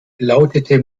lautete